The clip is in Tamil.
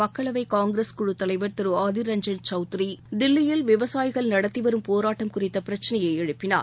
மக்களவைகாங்கிரஸ் குழு தலைவர் திருஆதிர் ரஞ்சன் சௌத்ரி தில்லியில் விவசாயிகள் நடத்திவரும் போராட்டம் குறித்தபிரச்னையைஎழுப்பினர்